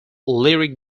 lyric